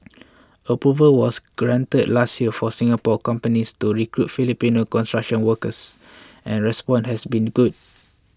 approval was granted last year for Singapore companies to recruit Filipino construction workers and response has been good